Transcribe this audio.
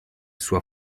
sua